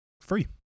Free